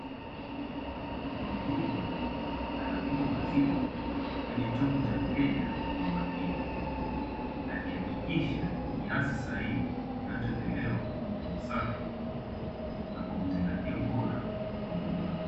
Muhudumu anapima maziwa kwenye chombo cha mteja kwa umakini, akihakikisha kiasi sahihi kinachotolewa kwa usafi na kinachozingatia ubora wa huduma.